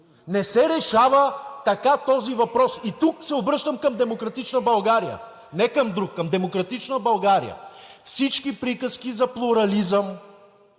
Не се решава така този въпрос! И тук се обръщам към „Демократична България“, не към друг, към „Демократична България“: всички приказки за плурализъм,